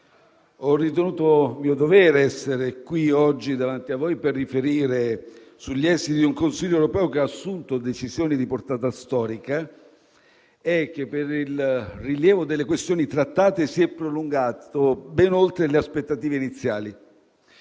ho ritenuto mio dovere essere qui oggi davanti a voi per riferire sugli esiti di un Consiglio europeo che ha assunto decisioni di portata storica e che, per il rilievo delle questioni trattate, si è prolungato ben oltre le aspettative iniziali.